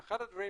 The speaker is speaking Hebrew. אחד הדברים